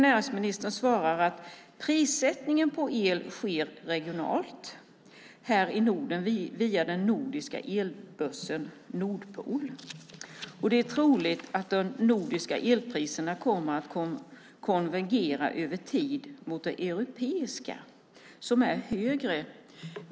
Näringsministern svarar att prissättningen på el sker regionalt i Norden via den nordiska elbörsen Nordpool och att det är troligt att de nordiska elpriserna kommer att konvergera över tid mot de europeiska som är högre.